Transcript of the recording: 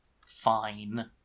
fine